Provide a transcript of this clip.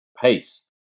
pace